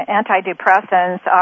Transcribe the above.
antidepressants